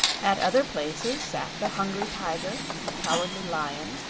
at other places sat the hungry tiger, the cowardly lion,